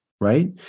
right